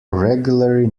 regularly